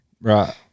Right